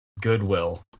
Goodwill